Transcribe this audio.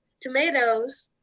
tomatoes